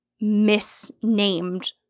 misnamed